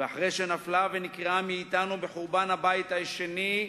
ואחרי שנפלה ונקרעה מאתנו בחורבן הבית השני,